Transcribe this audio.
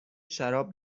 شراب